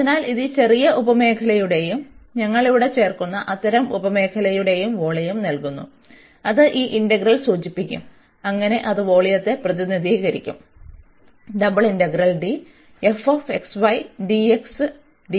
അതിനാൽ ഇത് ഈ ചെറിയ ഉപമേഖലയുടെയും ഞങ്ങൾ ഇവിടെ ചേർക്കുന്ന അത്തരം ഉപമേഖലകളുടെയും വോളിയം നൽകുന്നു അത് ഈ ഇന്റഗ്രൽ സൂചിപ്പിക്കും അങ്ങനെ അത് വോള്യത്തെ പ്രതിനിധീകരിക്കും